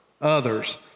others